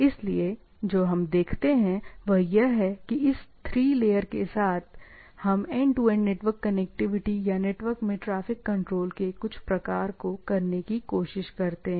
इसलिए जो हम देखते हैं वह यह है कि इस 3 लेयर के साथ हम end to end network connectivity या नेटवर्क में ट्रैफिक कंट्रोल के कुछ प्रकार को करने की कोशिश करते हैं